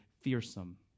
fearsome